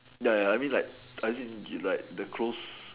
ya ya ya I mean like as in the close